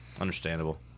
Understandable